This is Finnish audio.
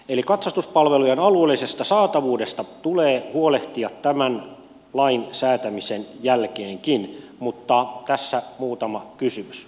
eli katsastuspalvelujen alueellisesta saatavuudesta tulee huolehtia tämän lain säätämisen jälkeenkin mutta tässä muutama kysymys